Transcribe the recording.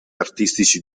artistici